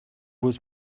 was